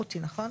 נכון?